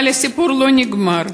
אבל הסיפור לא נגמר.